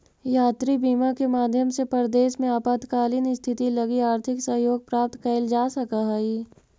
यात्री बीमा के माध्यम से परदेस में आपातकालीन स्थिति लगी आर्थिक सहयोग प्राप्त कैइल जा सकऽ हई